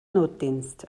notdienst